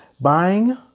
buying